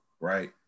right